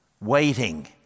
waiting